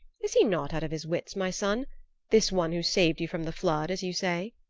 is he not out of his wits, my son this one who saved you from the flood, as you say?